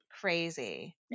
crazy